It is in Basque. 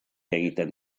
egiten